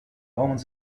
omens